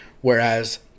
whereas